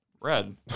red